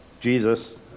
Jesus